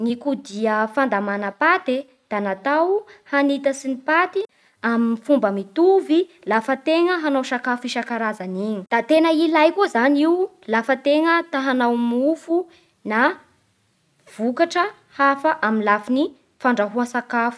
Ny kodia fandamàna pate da nataho hanitatsy gny paty amin'ny fomba mitovy lafa tegna hanao sakafo isankarazany iny da tena ilay koa zany io lafa tegna ta hagnao mofo na vokatra hafa amin'ny lafin'gny fandrahoa sakafo